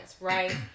right